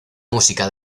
música